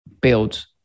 build